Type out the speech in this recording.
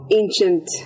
ancient